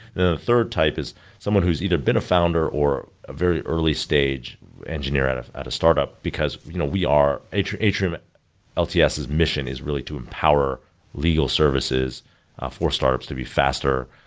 the third type is someone who's either been a founder or a very early stage engineer at at a startup, because you know we are atrium atrium lts's mission is really to empower legal services for startups to be faster,